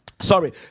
Sorry